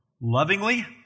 lovingly